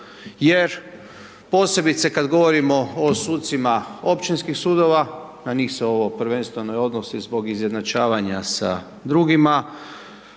jer, posebice kad govorimo o sucima općinskih sudova, na njih se ovo prvenstveno i odnosi zbog izjednačavanja sa drugima.